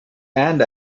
and